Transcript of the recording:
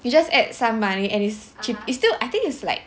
you just add some money and it's cheap is still I think is like